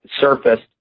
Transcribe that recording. surfaced